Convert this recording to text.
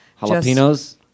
Jalapenos